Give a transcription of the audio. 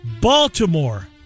Baltimore